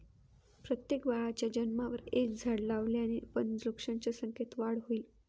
प्रत्येक बाळाच्या जन्मावर एक झाड लावल्याने पण वृक्षांच्या संख्येत वाढ होईल